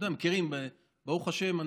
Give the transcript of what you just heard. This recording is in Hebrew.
ברוך השם,